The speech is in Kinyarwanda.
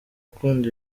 ukunda